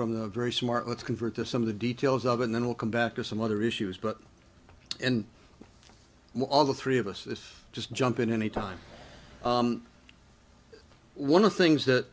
from the very smart let's convert to some of the details of and then we'll come back to some other issues but in all the three of us if just jump in any time one of the things that